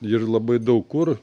ir labai daug kur